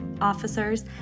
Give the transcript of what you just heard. officers